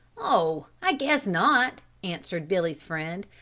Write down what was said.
oh, i guess not, answered billy's friend,